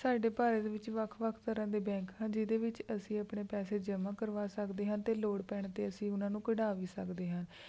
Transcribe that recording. ਸਾਡੇ ਭਾਰਤ ਵਿੱਚ ਵੱਖ ਵੱਖ ਤਰ੍ਹਾਂ ਦੇ ਬੈਂਕ ਹਨ ਜਿਹਦੇ ਵਿੱਚ ਅਸੀਂ ਆਪਣੇ ਪੈਸੇ ਜਮ੍ਹਾਂ ਕਰਵਾ ਸਕਦੇ ਹਾਂ ਅਤੇ ਲੋੜ ਪੈਣ 'ਤੇ ਅਸੀਂ ਉਨ੍ਹਾਂ ਨੂੰ ਕਢਾ ਵੀ ਸਕਦੇ ਹਾਂ